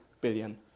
billion